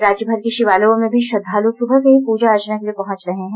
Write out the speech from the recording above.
राज्यभर के षिवालयों में भी श्रद्वाल सुबह से ही पूजा अर्चना के लिए पहंच रहे हैं